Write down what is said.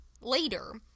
later